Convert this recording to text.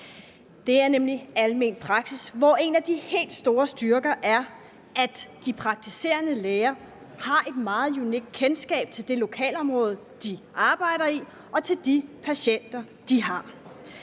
nemlig almen praksis, hvor en af de helt store styrker er, at de praktiserende læger har et meget unikt kendskab til det lokalområde, de arbejder i, og til de patienter, de har.